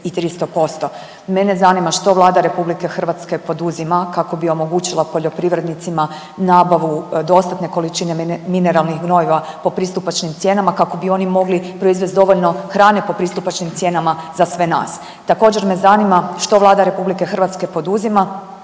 Mene zanima što Vlada RH poduzima kako bi omogućila poljoprivrednicima nabavu dostatne količine mineralnih gnojiva po pristupačnim cijenama kako bi oni mogli proizvest dovoljno hrane po pristupačnim cijenama za sve nas? Također me zanima što Vlada RH poduzima